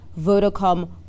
Vodacom